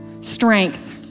strength